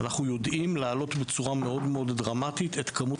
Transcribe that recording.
אנחנו יודעים להעלות בצורה מאוד דרמטית את כמות